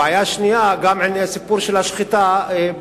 הבעיה השנייה היא הסיפור של השחיטה.